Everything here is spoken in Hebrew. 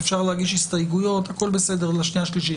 ואפשר להגיש הסתייגויות לשנייה ושלישית.